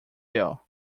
bill